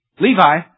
Levi